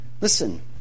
Listen